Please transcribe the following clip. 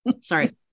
Sorry